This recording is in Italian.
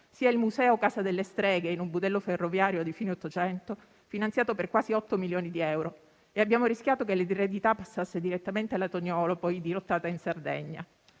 sia il museo Casa delle streghe in un budello ferroviario di fine Ottocento, finanziato per quasi otto milioni di euro, e abbiamo rischiato che l'eredità passasse direttamente alla Toniolo, poi dirottata in Sardegna.